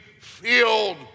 filled